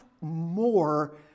more